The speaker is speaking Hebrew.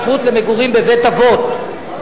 זכות למגורים בבית-אבות,